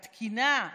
התקינה,